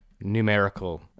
numerical